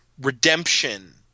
redemption